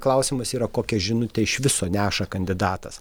klausimas yra kokią žinutę iš viso neša kandidatas